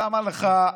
למה לך,